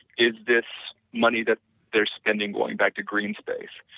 is this money that they are spending going back to green space,